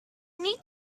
need